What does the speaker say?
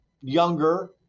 younger